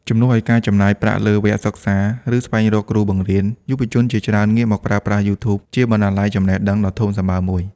ជំនួសឱ្យការចំណាយប្រាក់លើវគ្គសិក្សា ឬស្វែងរកគ្រូបង្រៀន យុវជនជាច្រើនងាកមកប្រើប្រាស់ YouTube ជាបណ្ណាល័យចំណេះដឹងដ៏ធំសម្បើមមួយ។